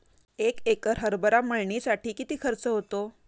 एक एकर हरभरा मळणीसाठी किती खर्च होतो?